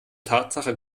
tatsache